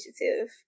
initiative